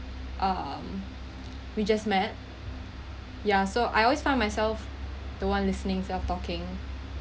um we just met yeah so I always find myself the one listening instead of talking